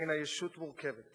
היא ישות מורכבת.